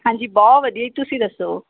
ਹਾਂਜੀ ਬਹੁਤ ਵਧੀਆ ਜੀ ਤੁਸੀਂ ਦੱਸੋ